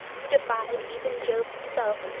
who defied even jove himself,